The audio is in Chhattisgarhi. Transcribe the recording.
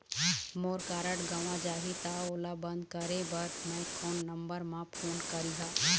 मोर कारड गंवा जाही त ओला बंद करें बर मैं कोन नंबर म फोन करिह?